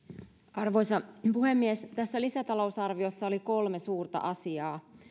arvoisa puhemies tässä lisätalousarviossa oli kolme suurta asiaa